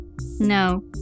No